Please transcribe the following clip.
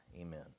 Amen